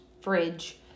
fridge